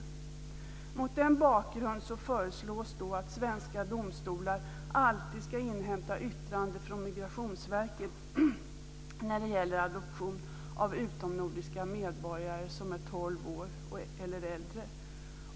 Mot den bakgrunden föreslås att svenska domstolar alltid ska inhämta yttrande från Migrationsverket när det gäller adoption av utomnordiska medborgare som är 12 år eller äldre.